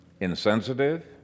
insensitive